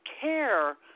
care